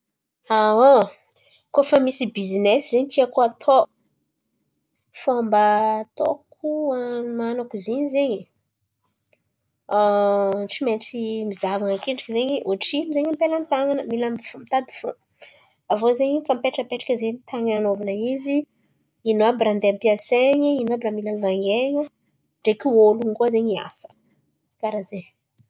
Koa fa misy bizinesy zen̈y tiàko atao, fômba ataoko han̈omanako izy in̈y zen̈y. Tsy maintsy mizahavan̈a akendriky zen̈y ôtrino zen̈y am-pelanatan̈ana mila mitady fòn. Aviô zen̈y efa mipetrapetraka tan̈y hanaovan̈a izy. Ino àby raha handeha ampiasain̈y? Ino àby raha mila vangain̈a? Ndreky ôlon̈o koa zen̈y hiasa. Karà zen̈y.